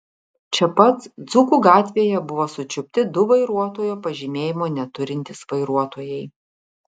čia pat dzūkų gatvėje buvo sučiupti du vairuotojo pažymėjimo neturintys vairuotojai